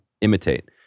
imitate